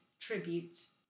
tributes